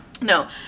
No